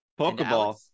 Pokeball